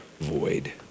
void